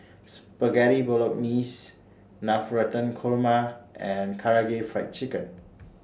Spaghetti Bolognese Navratan Korma and Karaage Fried Chicken